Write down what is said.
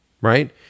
right